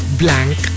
blank